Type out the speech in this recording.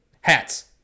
hats